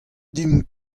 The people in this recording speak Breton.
deomp